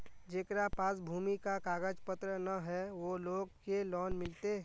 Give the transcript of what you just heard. जेकरा पास भूमि का कागज पत्र न है वो लोग के लोन मिलते?